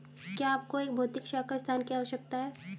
क्या आपको एक भौतिक शाखा स्थान की आवश्यकता है?